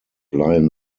lion